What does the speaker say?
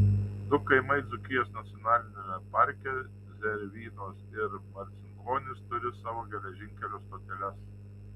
du kaimai dzūkijos nacionaliniame parke zervynos ir marcinkonys turi savo geležinkelio stoteles